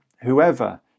whoever